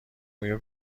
بوی